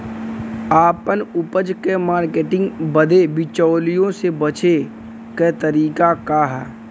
आपन उपज क मार्केटिंग बदे बिचौलियों से बचे क तरीका का ह?